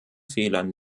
fehlern